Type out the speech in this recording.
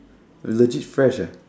legit fresh ah